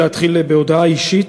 להתחיל בהודעה אישית.